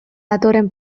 datorren